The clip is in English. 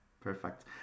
Perfect